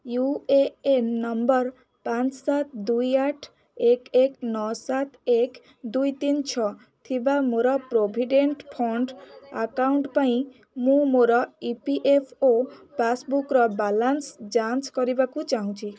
you A N number ପାଞ୍ଚ ସାତ ଦୁଇ ଆଠ ଏକ ଏକ ନଅ ସାତ ଏକ ଦୁଇ ତିନ ଛଅ ଥିବା ମୋର ପ୍ରୋଭିଡ଼େଣ୍ଟ୍ ଫଣ୍ଡ୍ ଆକାଉଣ୍ଟ୍ ପାଇଁ ମୁଁ ମୋର ଇ ପି ଏଫ୍ ଓ ପାସ୍ବୁକ୍ର ବାଲାନ୍ସ ଯାଞ୍ଚ କରିବାକୁ ଚାହୁଁଛି